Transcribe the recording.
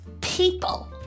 people